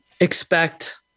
expect